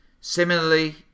Similarly